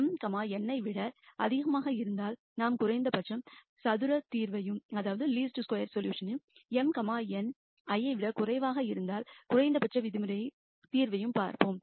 m n ஐ விட அதிகமாக இருந்தால் நாம் least square solution m n ஐ விட குறைவாக இருந்தால் குறைந்தபட்சம் விதிமுறை தீர்வையும் பார்ப்போம்